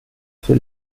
für